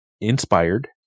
inspired